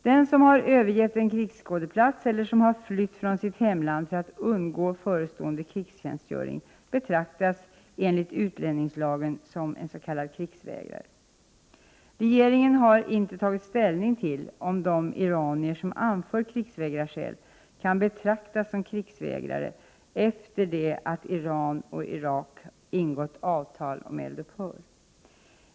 Den som har övergett en krigsskådeplats eller som har flytt från sitt hemland för att undgå förestående krigstjänstgöring betraktas enligt utlänningslagen som en s.k. krigsvägrare. Regeringen har dock inte tagit ställning till om de iranier som anför krigsvägrarskäl kan betraktas som krigsvägrare efter det att Iran och Irak ingått avtal om eldupphör.